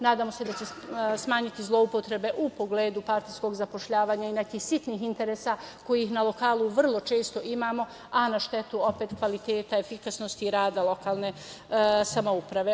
Nadamo se da će se smanjiti zloupotrebe u pogledu partijskog zapošljavanja i nekih sitnih interesa kojih na lokalu vrlo često imamo, a na štetu kvaliteta, efikasnosti rada lokalne samouprave.